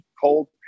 Cold